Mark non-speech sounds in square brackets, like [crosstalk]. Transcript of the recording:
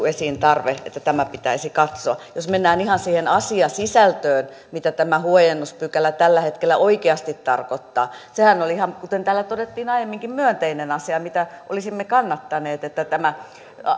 [unintelligible] esiin tarve että tämä pitäisi katsoa jos mennään ihan siihen asiasisältöön mitä tämä huojennuspykälä tällä hetkellä oikeasti tarkoittaa sehän oli ihan kuten täällä todettiin aiemminkin myönteinen asia mitä olisimme kannattaneet että tämä